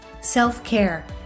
self-care